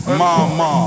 ma-ma